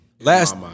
Last